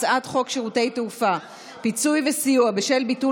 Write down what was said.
הצעת חוק שירותי תעופה (פיצוי וסיוע בשל ביטול